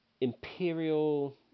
imperial